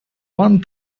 one